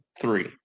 three